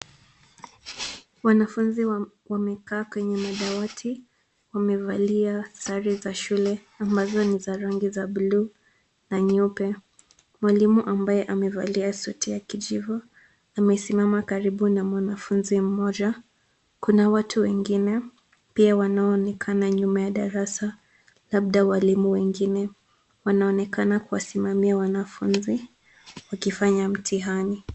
Wanafunzi wamekaa kwenye dawati. Wamevalia sare za shule ambavyo ni za rangi za buluu na nyeupe. Mwalimu ambaye amevalia suti ya kijivu amesimama karibu na mwanafunzi mmoja. Kuna watu wengine, pia wanaonekana nyuma ya darasa, labda walimu wengine wanaonekana kuwasimamia wanafunzi wakifanya mtihani.